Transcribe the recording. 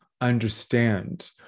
understand